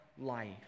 life